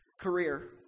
career